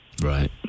Right